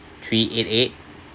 three eight eight